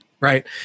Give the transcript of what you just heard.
right